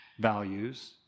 values